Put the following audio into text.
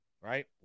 right